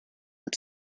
and